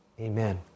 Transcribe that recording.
amen